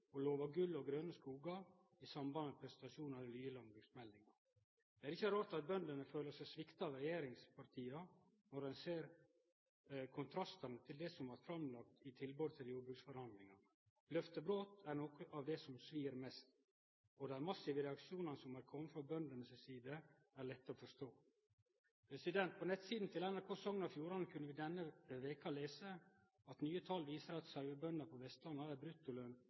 og lova gull og grøne skogar i samband med presentasjon av den nye landbruksmeldinga. Det er ikkje rart at bøndene føler seg svikta av regjeringspartia når ein ser kontrastane til det som blei framlagt som tilbod i jordbruksforhandlingane. Løftebrot er noko av det som svir mest, og dei massive reaksjonane som har kome frå bøndene si side, er lette å forstå. På nettsidene til NRK Sogn og Fjordane kunne vi denne veka lese at nye tal viser at sauebønder på